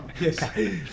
yes